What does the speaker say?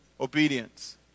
Obedience